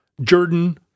Jordan